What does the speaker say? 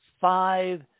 five